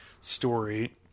story